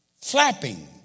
Flapping